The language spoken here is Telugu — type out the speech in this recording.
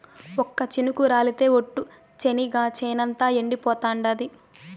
ఒక్క చినుకు రాలితె ఒట్టు, చెనిగ చేనంతా ఎండిపోతాండాది